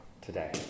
today